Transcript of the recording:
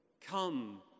Come